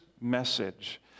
message